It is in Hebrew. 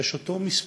יש אותו מספר.